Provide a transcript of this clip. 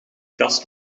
kast